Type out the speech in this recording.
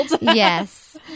Yes